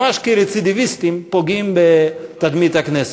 ממש כרצידיביסטים, פוגעים בתדמית הכנסת.